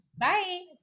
Bye